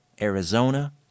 Arizona